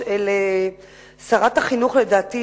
לדעתי,